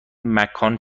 مکان